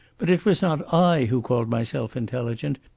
but it was not i who called myself intelligent.